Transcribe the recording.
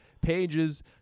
pages